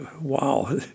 wow